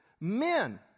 Men